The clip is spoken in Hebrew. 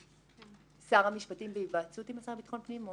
שר המשפטים בהיוועצות השר לביטחון פנים?